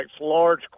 large